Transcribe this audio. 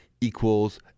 equals